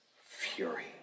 fury